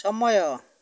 ସମୟ